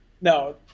No